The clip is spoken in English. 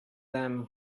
them